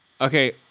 Okay